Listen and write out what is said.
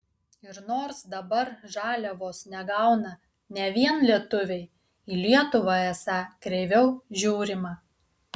ir nors dabar žaliavos negauna ne vien lietuviai į lietuvą esą kreiviau žiūrima